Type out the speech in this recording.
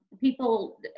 people